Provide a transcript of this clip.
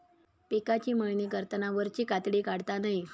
पिकाची मळणी करताना वरची कातडी काढता नये